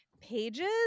pages